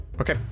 Okay